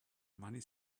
money